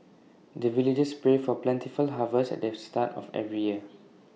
the villagers pray for plentiful harvest at the start of every year